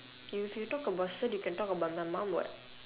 if you talk about cert you can talk about the mum [what]